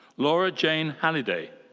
laura jayne halliday.